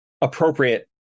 appropriate